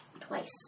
Twice